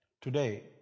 today